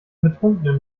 betrunkenen